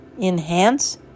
enhance